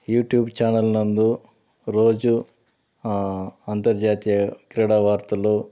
YouTube channel నందు రోజు అంతర్జాతీయ క్రీడా వార్తలు